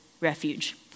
refuge